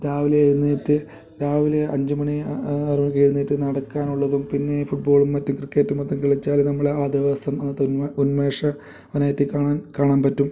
രാവിലെ എഴുന്നേറ്റ് രാവിലെ അഞ്ചു മണി അ ആറു മണിക്ക് എഴുന്നേറ്റ് നടക്കാനുള്ളതും പിന്നെ ഫുട്ബോളും മറ്റു ക്രിക്കറ്റ് മൊത്തം കിളിച്ചാലും നമ്മൾ ആ ദിവസം മ ഉന്മേ ഉന്മേഷവാനായിട്ടു കാണാൻ കാണാൻ പറ്റും